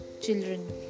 children